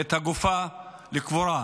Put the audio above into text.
את הגופה לקבורה.